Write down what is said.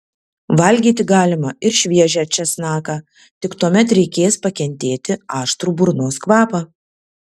valgyti galima ir šviežią česnaką tik tuomet reikės pakentėti aštrų burnos kvapą